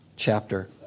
chapter